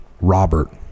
Robert